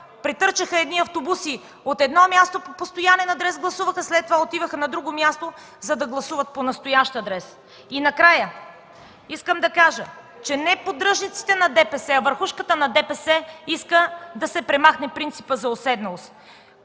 преминаваха едни автобуси от едно място – гласуваха по постоянен адрес, след това отиваха на друго място, за да гласуват по настоящ адрес. Накрая искам да кажа, че не поддръжниците на ДПС, а върхушката на ДПС иска да се премахне принципът за уседналост.